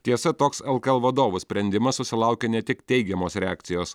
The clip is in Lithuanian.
tiesa toks lkl vadovų sprendimas susilaukė ne tik teigiamos reakcijos